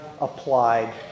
applied